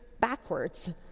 backwards